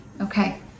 Okay